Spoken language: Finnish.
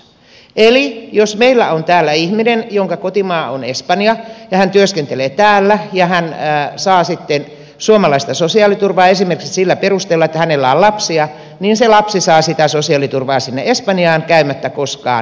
eli jos meillä on täällä ihminen jonka kotimaa on espanja ja hän työskentelee täällä ja hän saa sitten suomalaista sosiaaliturvaa esimerkiksi sillä perusteella että hänellä on lapsia niin se lapsi saa sitä sosiaaliturvaa sinne espanjaan käymättä koskaan suomessa